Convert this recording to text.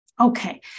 Okay